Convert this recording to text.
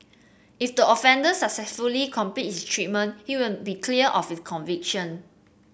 if the offender successfully complete his treatment he will be cleared of his conviction